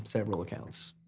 several accounts.